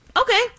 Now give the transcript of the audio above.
Okay